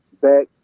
back